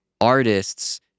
artists